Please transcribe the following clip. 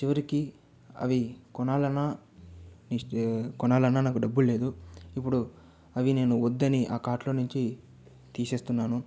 చివరికి అవి కొనాలన్నా ఇస్ కొనాలన్నా నాకు డబ్బులు లేదు ఇపుడు అవి నేను వద్దని ఆ కార్ట్ లో నుంచి తీసేస్తున్నాను